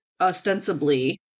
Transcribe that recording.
ostensibly